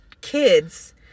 kids